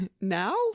Now